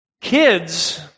kids